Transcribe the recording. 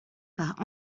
par